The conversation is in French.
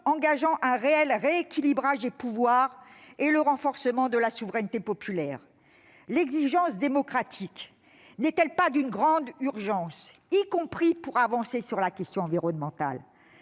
engageant un réel rééquilibrage des pouvoirs et le renforcement de la souveraineté populaire. L'exigence démocratique n'est-elle pas d'une grande urgence, y compris pour avancer sur la question environnementale ?